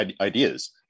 ideas